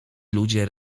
ludzie